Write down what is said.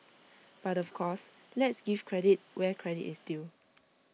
but of course let's give credit where credit is due